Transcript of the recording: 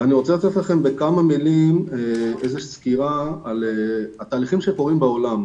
אני רוצה לתת לכם בכמה מילים איזה סקירה על התהליכים שקורים בעולם,